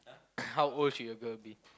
how old should your girl be